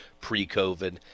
pre-COVID